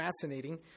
fascinating